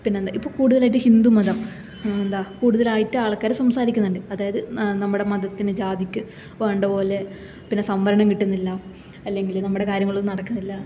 പിന്നെന്താ ഇപ്പോൾ കൂടുതലായിട്ട് ഹിന്ദു മതം എന്താ കൂടുതലായിട്ട് ആള്ക്കാർ സംസാരിക്കുന്നുണ്ട് അതായത് നമ്മുടെ മതത്തിന് ജാതിക്ക് വേണ്ടപോലെ പിന്നെ സംവരണം കിട്ടുന്നില്ല അല്ലെങ്കിൽ നമ്മുടെ കാര്യങ്ങൾ ഒന്നും നടക്കുന്നില്ല